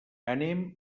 anem